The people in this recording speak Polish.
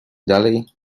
dalej